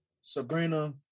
Sabrina